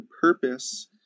purpose